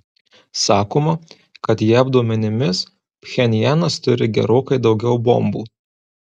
sakoma kad jav duomenimis pchenjanas turi gerokai daugiau bombų